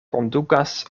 kondukas